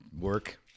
Work